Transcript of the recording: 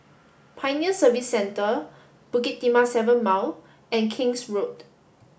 Pioneer Service Centre Bukit Timah Seven Mile and King's Road